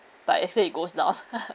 but actually it goes down